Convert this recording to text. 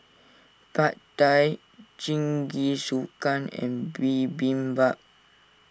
Pad Thai Jingisukan and Bibimbap